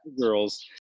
Girls